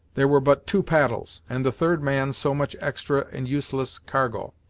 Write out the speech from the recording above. there were but two paddles, and the third man so much extra and useless cargo.